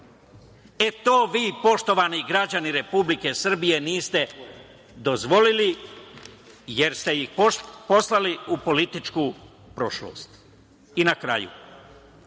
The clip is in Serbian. To vi poštovani građani Republike Srbije niste dozvolili, jer ste ih poslali u političku prošlost. Dok